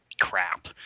crap